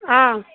ꯑꯥ